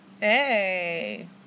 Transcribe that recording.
hey